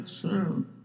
true